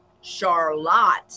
Charlotte